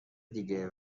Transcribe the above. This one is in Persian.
دیگه